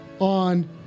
on